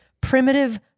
primitive